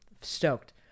stoked